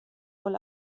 wohl